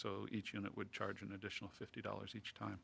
so each unit would charge an additional fifty dollars each time